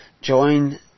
Join